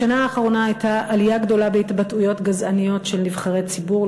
בשנה האחרונה הייתה עלייה גדולה בהתבטאויות גזעניות של נבחרי ציבור,